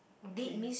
okay